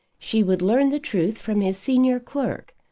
she would learn the truth from his senior clerk,